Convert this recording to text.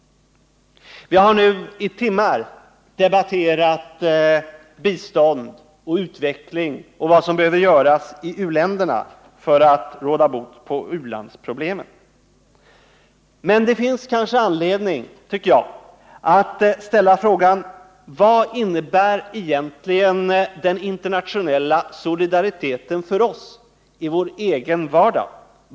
Vi har nu i timmar debatterat bistånd och utveckling och vad som behöver göras i u-länderna för att råda bot på u-landsproblemen. Men jag tycker att det kanske finns anledning att ställa frågan: Vad innebär egentligen den internationella solidariteten för oss i vår egen vardag?